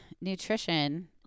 nutrition